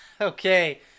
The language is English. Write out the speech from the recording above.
Okay